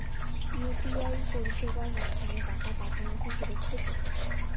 UPI পরিষেবার মাধ্যমে টাকা পাঠানো কি সুরক্ষিত?